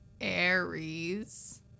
Aries